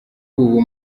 ubu